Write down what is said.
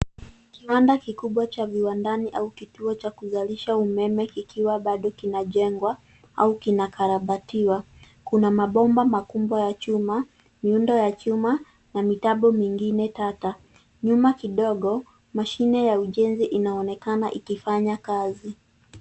Kiwanda kikubwa cha viwandani au kituo cha kuzalisha umeme kikiwa bado kinajengwa, au kinakarabatiwa. Kuna mabomba makubwa ya chuma, miundo ya chuma, na mitambo mingine tata. Nyuma kidogo, mashine ya ujenzi inaonekana ikifanya kazi.